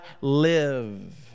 live